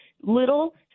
little